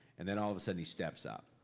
and then all of a sudden he steps up.